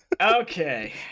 Okay